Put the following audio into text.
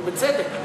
ובצדק.